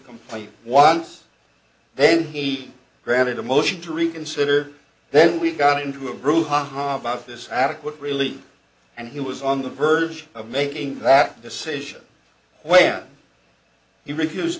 complete once then he granted the motion to reconsider then we got into a brouhaha about this is adequate really and he was on the verge of making that decision when he recused